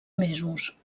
mesos